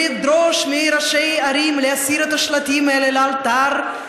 ולדרוש מראשי ערים להסיר את השלטים האלה לאלתר,